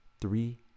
three